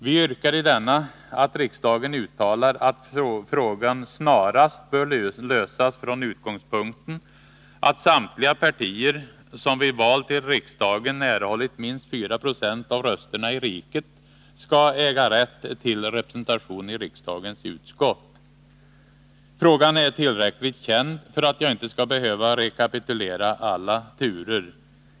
Vi yrkar i denna att riksdagen uttalar att frågan snarast bör lösas från utgångspunkten att samtliga partier som vid val till riksdagen erhållit minst 4 26 av rösterna i riket skall äga rätt till representation i riksdagens utskott. Frågan är tillräckligt känd för att jag inte skall behöva rekapitulera alla turer.